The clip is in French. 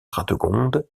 radegonde